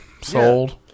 Sold